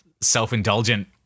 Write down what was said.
self-indulgent